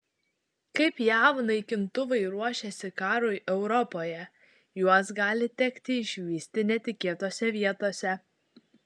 kaip jav naikintuvai ruošiasi karui europoje juos gali tekti išvysti netikėtose vietose